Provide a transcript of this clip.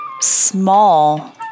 small